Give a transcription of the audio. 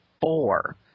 four